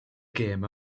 gêm